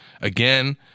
again